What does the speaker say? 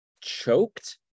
choked